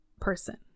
person